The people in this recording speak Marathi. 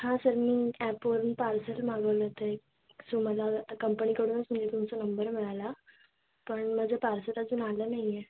हां सर मी ॲपवरून पार्सल मागवलं होतं एक सो मला आता कंपणीकडूनच मी तुमचा नंबर मिळाला पण माझं पार्सल अजून आलं नाही आहे